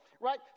right